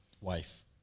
wife